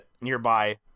nearby